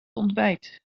ontbijt